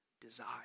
desire